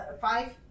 five